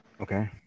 Okay